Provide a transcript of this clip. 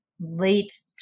late